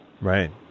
right